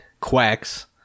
Quacks